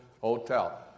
hotel